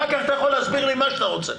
אחר כך אתה יכול להסביר לי מה שאתה רוצה.